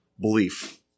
belief